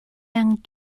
young